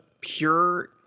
pure